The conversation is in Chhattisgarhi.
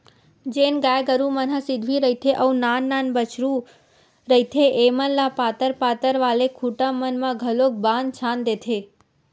जेन गाय गरु मन ह सिधवी रहिथे अउ नान नान बछरु रहिथे ऐमन ल पातर पातर वाले खूटा मन म घलोक बांध छांद देथे